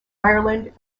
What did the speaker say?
ireland